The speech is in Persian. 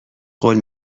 قول